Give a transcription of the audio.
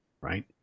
right